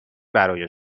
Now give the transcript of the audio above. برای